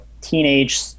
teenage